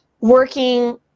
working